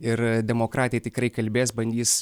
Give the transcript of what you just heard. ir demokratai tikrai kalbės bandys